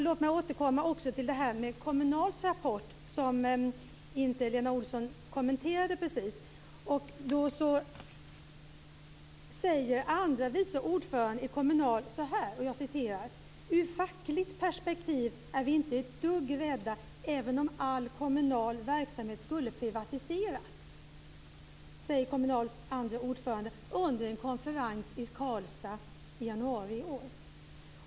Låt mig återkomma till Kommunals rapport, som inte Lena Olsson kommenterade precis. Andre vice ordföranden i Kommunal säger så här: Ur fackligt perspektiv är vi inte ett dugg rädda även om all kommunal verksamhet skulle privatiseras. Det säger Kommunals andre vice ordförande under en konferens i Karlstad i januari i år.